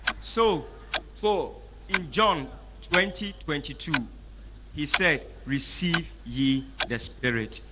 so so in john twenty twenty two he said receive ye the spirit.